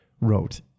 wrote